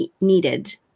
needed